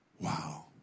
Wow